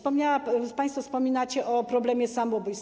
Państwo wspominacie o problemie samobójstw.